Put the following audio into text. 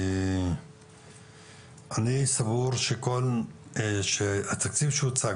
אני סבור שהתקציב שהוצג,